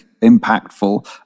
impactful